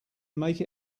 make